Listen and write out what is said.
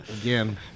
Again